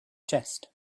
chest